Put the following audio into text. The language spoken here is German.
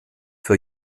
für